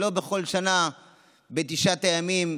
שלא כמו בכל שנה בתשעת הימים,